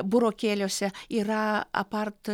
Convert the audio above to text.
burokėliuose yra apart